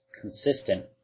consistent